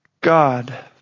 God